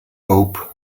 hope